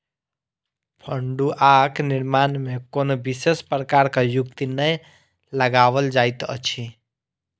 फड़ुआक निर्माण मे कोनो विशेष प्रकारक युक्ति नै लगाओल जाइत अछि